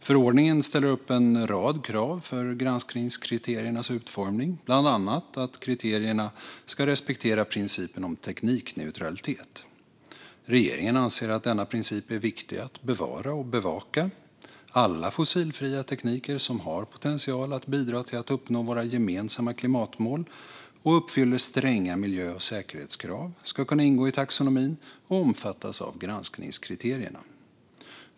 Förordningen ställer upp en rad krav för granskningskriteriernas utformning, bland annat att kriterierna ska respektera principen om teknikneutralitet. Regeringen anser att denna princip är viktig att bevara och bevaka. Alla fossilfria tekniker som har potential att bidra till att uppnå våra gemensamma klimatmål och uppfyller stränga miljö och säkerhetskrav ska kunna ingå i taxonomin och omfattas av granskningskriterierna.